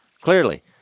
clearly